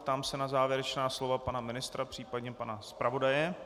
Ptám se na závěrečná slova pana ministra, případně pana zpravodaje.